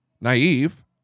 naive